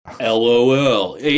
lol